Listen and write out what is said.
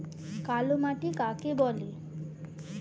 কালোমাটি কাকে বলে?